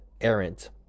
errant